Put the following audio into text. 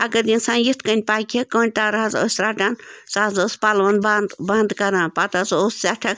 اَگر نہٕ اِنسان یِتھ کٔنۍ پَکہِ ہا کٔنٛڈۍ تار حظ ٲس رَٹان سُہ حظ ٲس پَلوَن بَنٛد بَنٛد کَران پَتہٕ حظ اوس سٮ۪ٹھاہ